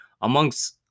amongst